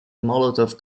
molotov